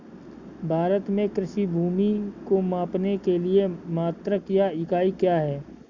भारत में कृषि भूमि को मापने के लिए मात्रक या इकाई क्या है?